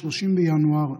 30 בינואר,